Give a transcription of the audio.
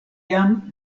jam